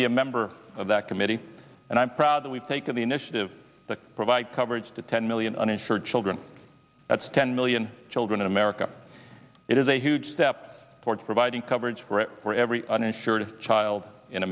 be a member of that committee and i'm proud that we've taken the initiative to provide coverage to ten million uninsured children that's ten million children in america it is a huge step towards providing coverage for it for every uninsured child in